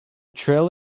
trail